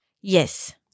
Yes